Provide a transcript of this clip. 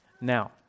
Now